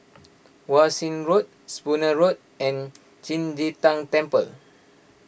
Wan Shih Road Spooner Road and Qing De Tang Temple